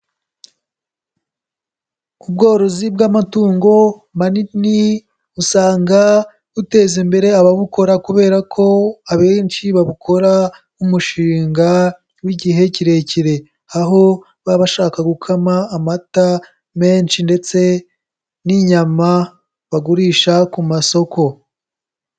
Ubworozi bw'amatungo manini, usanga buteza imbere ababukora kubera ko abenshi babukora nk'umushinga w'igihe kirekire, aho baba bashaka gukama amata menshi ndetse n'inyama bagurisha ku masoko.